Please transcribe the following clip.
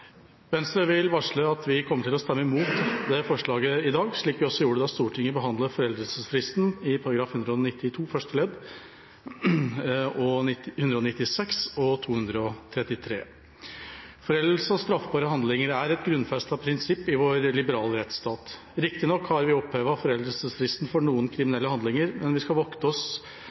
Venstre vil varsle at vi kommer til å stemme mot det forslaget i dag, slik vi også gjorde da Stortinget behandlet foreldelsesfristen i § 192 første ledd, og §§ 196 og 233. Foreldelse av straffbare handlinger er et grunnfestet prinsipp i vår liberale rettsstat. Riktignok har vi opphevet foreldelsesfristen for noen